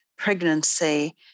Pregnancy